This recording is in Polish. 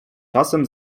czasem